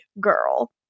girl